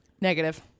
Negative